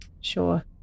Sure